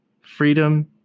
freedom